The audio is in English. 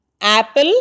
apple